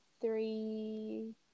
three